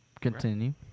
Continue